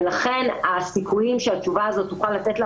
לכן הסיכויים שהתשובה הזאת תוכל לתת לה